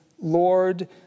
Lord